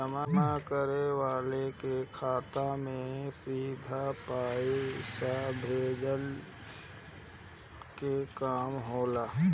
जमा करे वाला के खाता में सीधा पईसा भेजला के काम होला